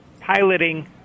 piloting